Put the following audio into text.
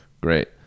great